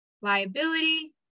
liability